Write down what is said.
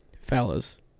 Fellas